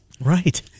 Right